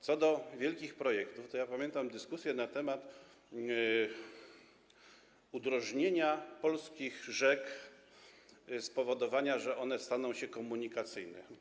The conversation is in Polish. Co do wielkich projektów, pamiętam dyskusję na temat udrożnienia polskich rzek, spowodowania, że staną się one komunikacyjne.